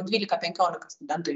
dvylika penkiolika studentų